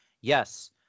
Yes